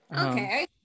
Okay